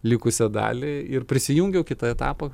likusią dalį ir prisijungiau kito etapo